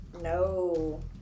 No